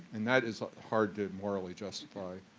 and that is hard to morally justify.